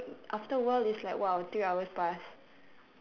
like after a while it's like !wow! three hours past